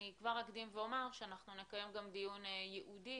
אני כבר אקדים ואומר שאנחנו נקיים דיון ייעודי